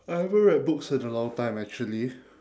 I haven't read books in a long time actually